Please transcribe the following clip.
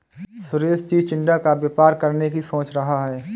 सुरेश चिचिण्डा का व्यापार करने की सोच रहा है